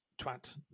twat